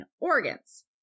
organs